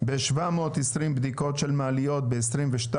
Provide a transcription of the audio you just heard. ב-720 בדיקות של מעליות ב-2022,